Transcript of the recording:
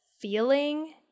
feeling